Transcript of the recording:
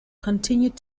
continued